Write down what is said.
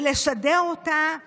ולשדר אותה אלינו.